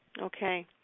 Okay